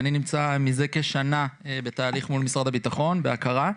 מזה כשנה אני בתהליך מול משרד הביטחון, בהכרה.